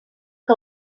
que